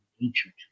nature